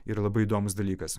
yra labai įdomus dalykas